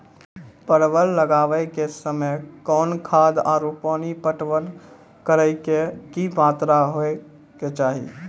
परवल लगाबै के समय कौन खाद आरु पानी पटवन करै के कि मात्रा होय केचाही?